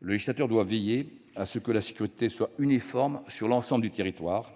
Le législateur doit veiller à ce que la sécurité soit uniforme sur l'ensemble du territoire.